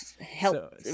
Help